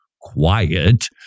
quiet